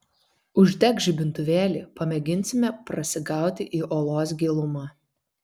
uždek žibintuvėlį pamėginsime prasigauti į olos gilumą